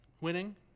winning